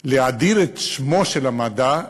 להאדיר את שמו של המדע,